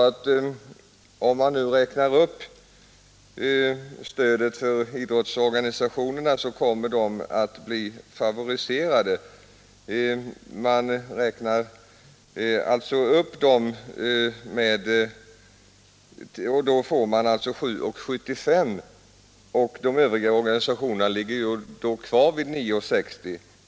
Herr Björk sade att idrottsorganisationerna kommer att bli favoriserade om man nu räknar upp stödet till dem. En sådan uppräkning skulle höja bidraget till 7:75 kronor, medan de övriga organisationerna skulle ligga kvar vid 9:60.